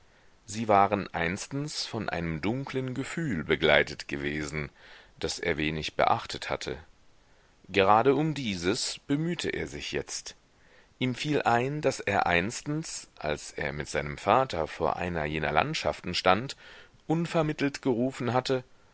sie waren einstens von einem dunklen gefühl begleitet gewesen das er wenig beachtet hatte gerade um dieses bemühte er sich jetzt ihm fiel ein daß er einstens als er mit seinem vater vor einer jener landschaften stand unvermittelt gerufen hatte